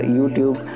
YouTube